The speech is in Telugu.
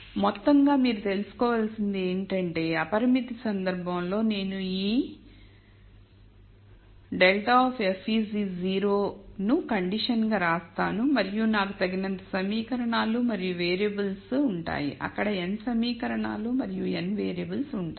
కాబట్టి మొత్తంగా మీరు తెలుసుకోవలసినది ఏమిటంటే అపరిమిత సందర్భంలో నేను ఈ ∇ of f is 0 ను కండిషన్ గా రాస్తాను మరియు నాకు తగినంత సమీకరణాలు మరియు వేరియబుల్స్ ఉంటాయి అక్కడ n సమీకరణాలు మరియు n వేరియబుల్స్ ఉంటాయి